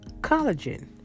Collagen